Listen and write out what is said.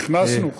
נכנסנו.